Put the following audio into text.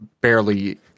barely